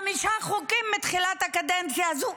חמישה חוקים מתחילת הקדנציה הזו,